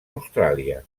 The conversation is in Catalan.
austràlia